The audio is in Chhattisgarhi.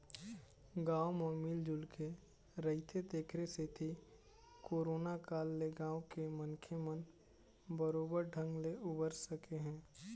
गाँव म मिल जुलके रहिथे तेखरे सेती करोना काल ले गाँव के मनखे मन बरोबर ढंग ले उबर सके हे